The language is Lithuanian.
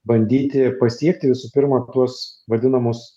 bandyti pasiekti visų pirma tuos vadinamus